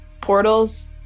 portals